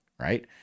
Right